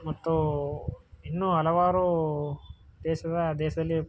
ಮತ್ತು ಇನ್ನೂ ಹಲವಾರು ದೇಶದ ದೇಶದಲ್ಲಿ